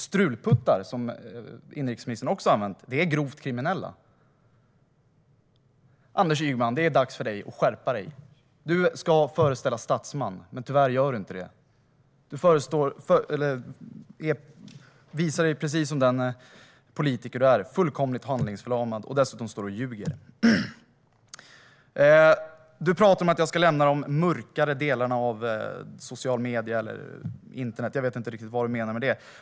"Strulputtar", vilket inrikesministern också har använt, är grovt kriminella. Anders Ygeman! Det är dags för dig att skärpa dig. Du ska föreställa statsman, men tyvärr gör du inte det. Du visar dig precis som den politiker du är: fullkomligt handlingsförlamad. Dessutom står du och ljuger. Du pratar om att jag ska lämna de mörkare delarna av sociala medier eller internet - jag vet inte riktigt vad du menar med detta.